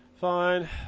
Fine